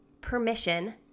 permission